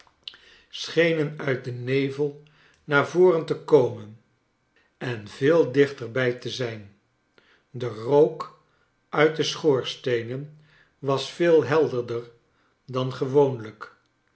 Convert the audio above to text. schenen uit den nevel naar voren te komen en veel dichterbij te zijn de rook nit de schoorsteenen was veel helderder clan gewoonlijk